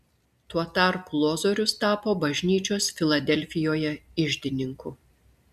tuo tarpu lozorius tapo bažnyčios filadelfijoje iždininku